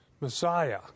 Messiah